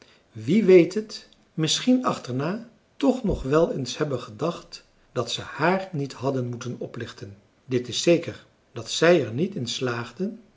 wie weet het misschien achterna toch nog wel eens hebben gedacht dat ze hààr niet hadden moeten oplichten dit is zeker dat zij er